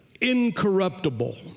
Incorruptible